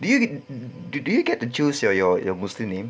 do you do do you get to choose your your muslim name